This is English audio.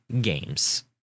games